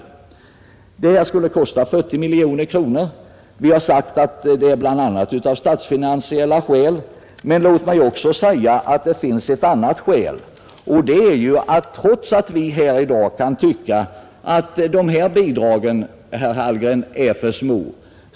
Föreliggande förslag innebär kostnader på 40 miljoner, och vi har ansett att man bl.a. av statsfinansiella skäl inte bör gå längre, även om man kan tycka att dessa bidrag är för små.